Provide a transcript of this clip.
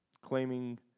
claiming